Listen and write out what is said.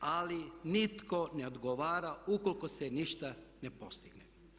Ali nitko ne odgovara ukoliko se ništa ne postigne.